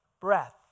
breath